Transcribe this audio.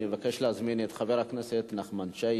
אני מבקש להזמין את חבר הכנסת נחמן שי,